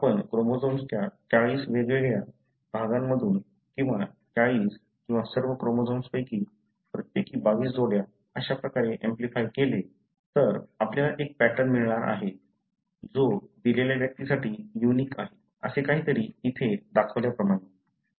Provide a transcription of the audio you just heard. परंतु जर आपण क्रोमोझोम्सच्या 40 वेगवेगळ्या भागामधून किंवा 40 किंवा सर्व क्रोमोझोम्सपैकी प्रत्येकी 22 जोड्या अशा प्रकारे ऍम्प्लिफाय केले तर आपल्याला एक पॅटर्न मिळणार आहे जो दिलेल्या व्यक्तीसाठी युनिक आहे असे काहीतरी इथे दाखवल्याप्रमाणे